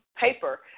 paper